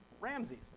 Ramses